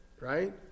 right